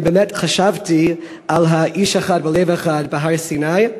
אני באמת חשבתי על "איש אחד ולב אחד" בהר-סיני.